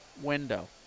window